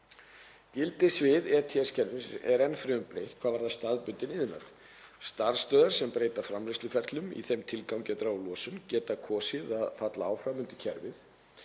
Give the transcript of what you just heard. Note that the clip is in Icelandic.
Gildissviði ETS-kerfisins er enn fremur breytt hvað varðar staðbundinn iðnað. Starfsstöðvar sem breyta framleiðsluferlum í þeim tilgangi að draga úr losun geta kosið að falla áfram undir kerfið